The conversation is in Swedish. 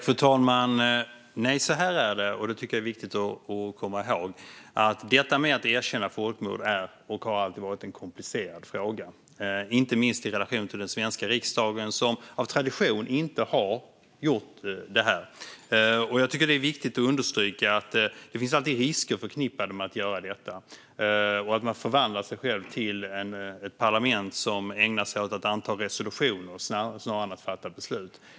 Fru talman! Nej, så här är det, och det tycker jag är viktigt att komma ihåg. Att erkänna folkmord är och har alltid varit en komplicerad fråga, inte minst i relation till den svenska riksdagen, som av tradition inte har gjort detta. Jag tycker att det är viktigt att understryka att det alltid finns risker förknippade med att göra detta. Man riskerar att förvandla sig själv till ett parlament som ägnar sig åt att anta resolutioner snarare än att fatta beslut.